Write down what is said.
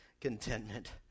contentment